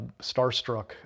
starstruck